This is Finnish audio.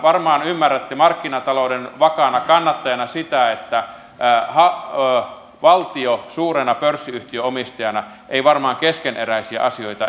varmaan ymmärrätte markkinatalouden vakaana kannattajana sitä että valtio suurena pörssiyhtiöomistajana ei varmaan keskeneräisiä asioita esittele